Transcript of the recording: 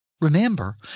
Remember